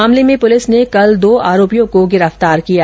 मामले में पुलिस ने कल दो आरोपियों को गिरफ्तार कर लिया